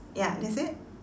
ya that's it